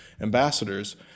ambassadors